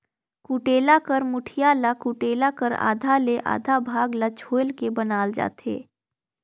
कुटेला कर मुठिया ल कुटेला कर आधा ले आधा भाग ल छोएल के बनाल जाथे